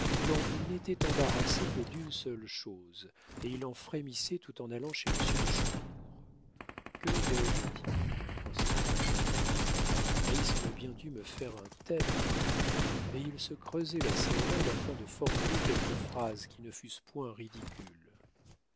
il n'était embarrassé que d'une seule chose et il en frémissait tout en allant chez monsieur de chandour que vais-je dire pensait-il naïs aurait bien dû me faire un thème et il se creusait la cervelle afin de formuler quelques phrases qui ne fussent point ridicules